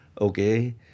okay